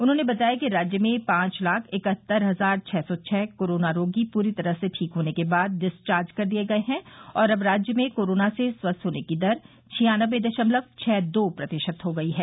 उन्होंने बताया कि राज्य में पांच लाख इकहत्तर हजार छः सौ छः कोरोना रोगी पूरी तरह से ठीक होने के बाद डिस्चार्ज कर दिये गये हैं और अब राज्य में कोरोना से स्वस्थ होने की दर छियान्नबे दशमलव छः दो प्रतिशत हो गयी है